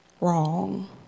wrong